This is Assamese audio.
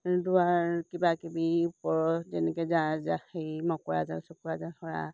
দুৱাৰ কিবাকিবি ওপৰত যেনেকৈ যা যা সেই মকৰা জাল চকৰা জাল সৰা